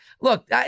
Look